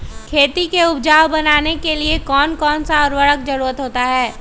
खेती को उपजाऊ बनाने के लिए कौन कौन सा उर्वरक जरुरत होता हैं?